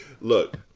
Look